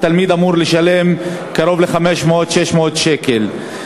התלמיד אמור לשלם 500 600 שקלים.